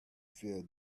feel